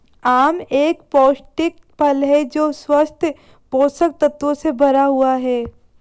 आम एक पौष्टिक फल है जो स्वस्थ पोषक तत्वों से भरा हुआ है